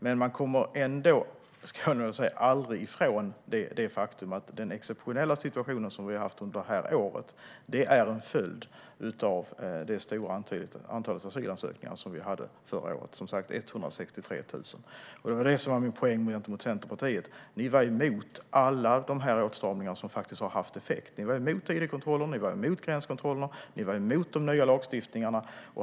Men man kommer aldrig ifrån det faktum att den exceptionella situation som vi har haft under det här året är en följd av det stora antalet asylsökande som vi hade under förra året, 163 000. Det var det som var min poäng när jag sa att ni i Centerpartiet var emot alla de åtstramningar som har haft effekt. Ni var emot id-kontrollerna, ni var emot gränskontrollerna och ni var emot den nya lagstiftningen.